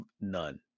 none